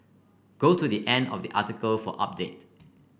go to the end of the article for update